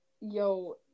Yo